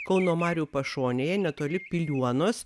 kauno marių pašonėje netoli piliuonos